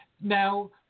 Now